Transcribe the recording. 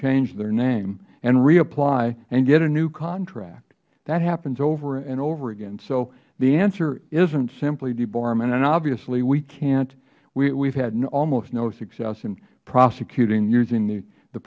change their name and reapply and get a new contract that happens over and over again so the answer isnt simply debarment and obviously we have had almost no success in prosecuting using the